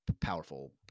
powerful